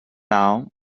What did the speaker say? now